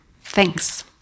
Thanks